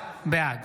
בעד